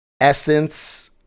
essence